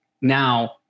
now